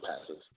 passes